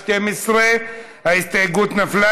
12. ההסתייגות נפלה.